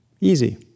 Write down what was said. Easy